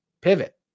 pivot